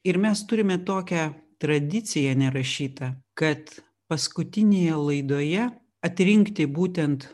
ir mes turime tokią tradiciją nerašytą kad paskutinėje laidoje atrinkti būtent